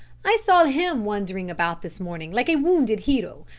i saw him wandering about this morning like a wounded hero,